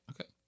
Okay